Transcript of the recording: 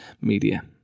media